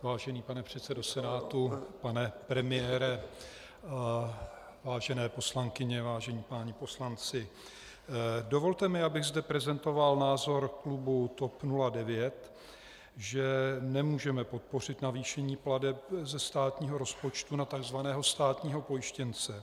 Vážený pane předsedo Senátu, pane premiére, vážené poslankyně, vážení páni poslanci, dovolte mi, abych zde prezentoval názor klubu TOP 09, že nemůžeme podpořit navýšení plateb ze státního rozpočtu na tzv. státního pojištěnce.